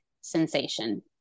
sensation